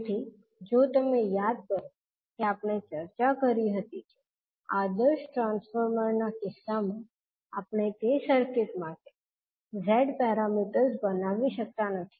તેથી જો તમે યાદ કરો કે આપણે ચર્ચા કરી હતી કે આદર્શ ટ્રાન્સફોર્મર ના કિસ્સામાં આપણે તે સર્કિટ માટે z પેરામીટર્સ બનાવી શકતા નથી